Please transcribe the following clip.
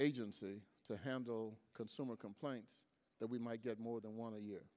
agency to handle consumer complaints that we might get more than one of the